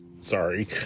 Sorry